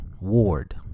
Ward